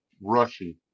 rushing